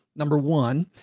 number one.